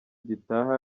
gitaha